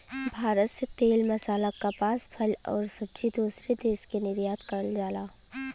भारत से तेल मसाला कपास फल आउर सब्जी दूसरे देश के निर्यात करल जाला